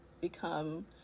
become